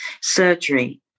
surgery